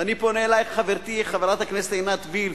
ואני פונה אלייך, חברתי חברת הכנסת עינת וילף,